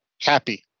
Happy